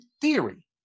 theory